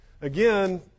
again